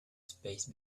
space